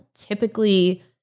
typically